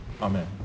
Amen